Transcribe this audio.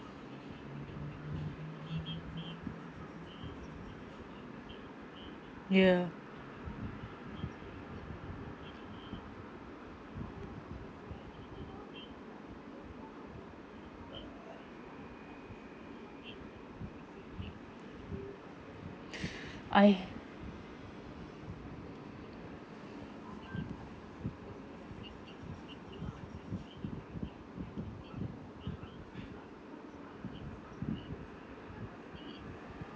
ya I